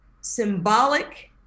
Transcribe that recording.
symbolic